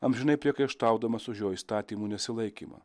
amžinai priekaištaudamas už jo įstatymų nesilaikymą